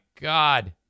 God